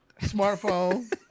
smartphone